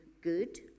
good